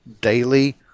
daily